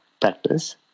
practice